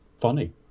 funny